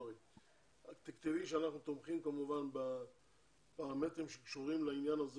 תכתבי שאנחנו כמובן תומכים בפרמטרים שקשורים בעניין הזה